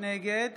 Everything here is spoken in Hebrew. נגד